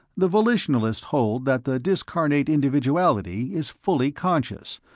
the volitionalists hold that the discarnate individuality is fully conscious,